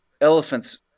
elephants